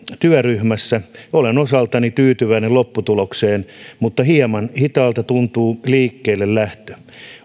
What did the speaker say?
työryhmässä olen osaltani tyytyväinen lopputulokseen mutta hieman hitaalta tuntuu liikkeellelähtö